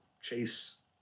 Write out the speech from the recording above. chase